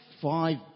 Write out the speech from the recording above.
five